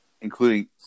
including